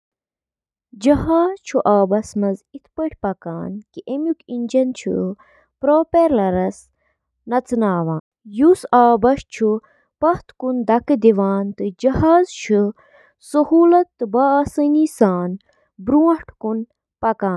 Oven چھِ اکھ بند جاے یۄس گرم ماحولس سۭتۍ انٛدۍ پٔکۍ کھٮ۪ن رننہٕ خٲطرٕ گرمی ہُنٛد استعمال چھِ کران۔ اوون چُھ کھین پکنہٕ تہٕ نمی ہٹاونہٕ خٲطرٕ مُنٲسِب درجہ حرارت، نمی تہٕ گرمی ہُنٛد بہاؤ تہِ برقرار تھاوان۔